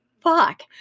Fuck